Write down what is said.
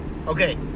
Okay